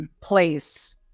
place